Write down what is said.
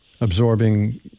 absorbing